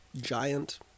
Giant